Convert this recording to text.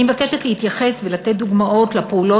אני מבקשת להתייחס ולתת דוגמאות לפעולות